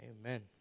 Amen